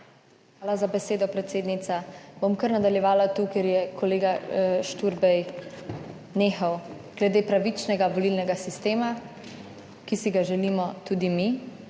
Hvala za besedo predsednica. Bom kar nadaljevala tu kjer je kolega Šturbej nehal, glede pravičnega volilnega sistema, ki si ga želimo tudi mi